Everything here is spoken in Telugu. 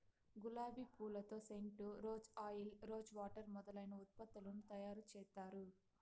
గులాబి పూలతో scent, rose oil, rose water మొదలైన ఉత్పత్తులను తయారు చేత్తారు